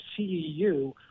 ceu